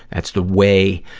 that's the way,